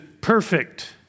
perfect